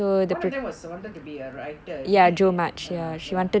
one of them was wanted to be a writer isn't it ya ya